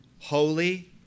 holy